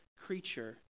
creature